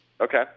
Okay